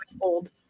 old